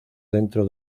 dentro